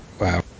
wow